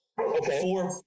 Okay